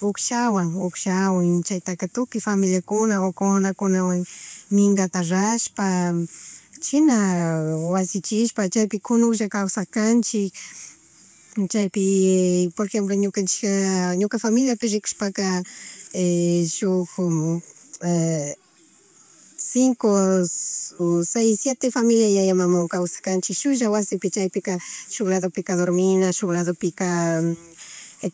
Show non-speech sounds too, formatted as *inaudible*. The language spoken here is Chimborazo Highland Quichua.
Ugkshawan, ugshawan chaytaka tukuy familiakuna o comunakunawan mingata rashpa *noise* china wasichishpa kunuklal kawsarkanchik *noise* chaypi *hesitation* por jemplo ñukanchija, ñuka familiapi rikushpaka *noise* shuk, *noise* cinco, o seis, siete familiakuna yaya, mamawan kawsagkanchik shuklla wasipi chaypi ka *noise* shuk ladopika dormina shuk ladopika,